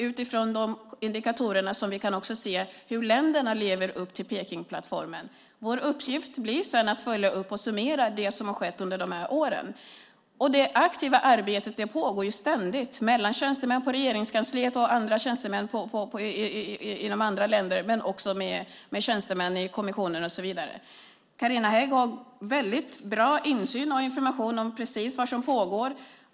Utifrån de indikatorerna kan vi se hur länderna lever upp till Pekingplattformen. Vår uppgift blir att följa upp och summera det som har skett under de här åren. Det aktiva arbetet pågår ständigt mellan tjänstemän på Regeringskansliet, andra tjänstemän i andra länder och tjänstemän i kommissionen. Carina Hägg har väldigt bra insyn i och information om vad som pågår.